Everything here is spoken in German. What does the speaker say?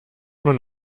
man